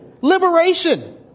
liberation